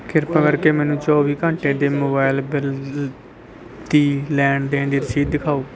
ਕਿਰਪਾ ਕਰਕੇ ਮੈਨੂੰ ਚੌਵੀ ਘੰਟੇ ਦੇ ਮੋਬਾਈਲ ਬਿੱਲ ਦੀ ਲੈਣ ਦੇਣ ਦੀ ਰਸੀਦ ਦਿਖਾਓ